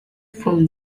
from